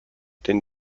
den